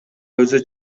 өзү